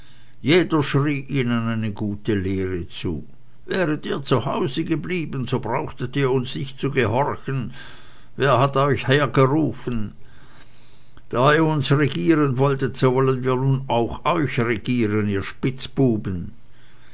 jeder schrie ihnen eine gute lehre zu wäret ihr zu hause geblieben so brauchtet ihr uns nicht zu gehorchen wer hat euch hergerufen da ihr uns regieren wolltet so wollen wir nun euch auch regieren ihr spitzbuben